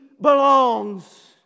belongs